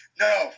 No